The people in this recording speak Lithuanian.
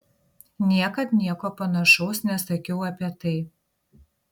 niekad nieko panašaus nesakiau apie tai